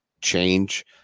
change